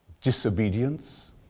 disobedience